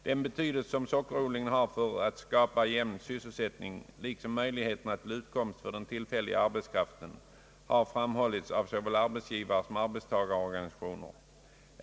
Den betydelse som sockerodlingen har för att skapa jämn sysselsättning liksom möjligheterna till utkomst för den tillfälliga arbetskraften har framhållits av såväl arbetsgivaresom arbetstagarorganisationer.